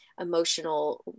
emotional